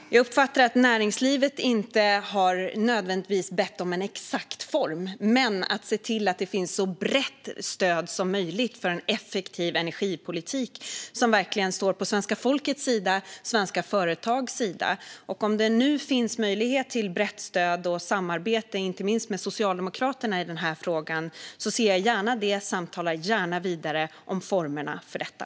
Herr talman! Jag uppfattar att näringslivet inte nödvändigtvis har bett om en exakt form men om att vi ska se till att det finns så brett stöd som möjligt för en effektiv energipolitik som verkligen står på svenska folkets och svenska företags sida. Om det nu finns möjlighet till brett stöd och samarbete, inte minst med Socialdemokraterna, i den här frågan välkomnar jag det och samtalar gärna vidare om formerna för detta.